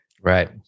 right